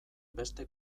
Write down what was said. beste